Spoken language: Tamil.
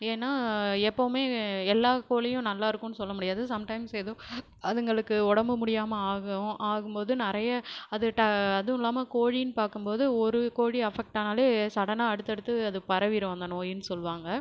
ஏன்னா எப்போதுமே எல்லா கோழியும் நல்லா இருக்குன்னு சொல்ல முடியாது சம்டைம்ஸ் எதுவும் அதுங்களுக்கு உடம்பு முடியாம ஆகும் ஆகும்போது நிறைய அது அதுவும் இல்லாமல் கோழின்னு பார்க்கும் போது ஒரு கோழி அஃபெக்ட் ஆனாலே சடன்னா அடுத்தடுத்து அது பரவிடும் அந்த நோய்ன்னு சொல்லுவாங்க